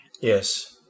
yes